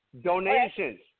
donations